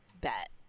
bet